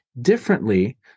differently